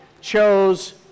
chose